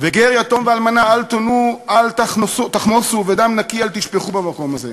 וגר יתום ואלמנה אל תנו אל תחמסו ודם נקי אל תשפכו במקום הזה".